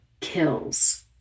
Kills